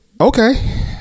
Okay